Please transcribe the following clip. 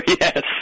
yes